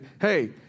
hey